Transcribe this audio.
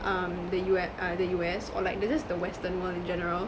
um the U_S err the U_S or like the just the western world in general